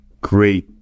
great